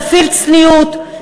תפעיל צניעות.